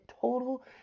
total